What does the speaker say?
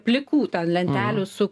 plikų lentelių su